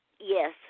Yes